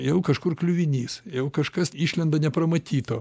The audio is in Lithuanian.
jau kažkur kliuvinys jau kažkas išlenda nepramatyto